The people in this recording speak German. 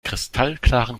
kristallklaren